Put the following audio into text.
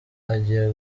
agiye